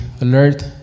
alert